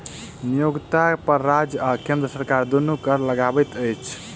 नियोक्ता पर राज्य आ केंद्र सरकार दुनू कर लगबैत अछि